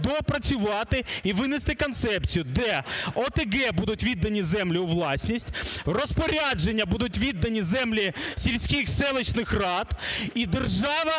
доопрацювати і винести концепцію, де ОТГ будуть віддані землі у власність, розпорядження будуть віддані землі сільських, селищних рад і держава